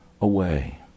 away